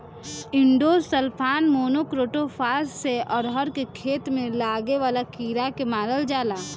endosulfan, monocrotophos से अरहर के खेत में लागे वाला कीड़ा के मारल जाला